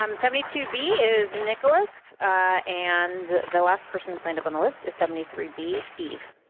um seventy two b is nicholas and the last person signed up on the list is seventy three b, eve.